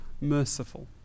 merciful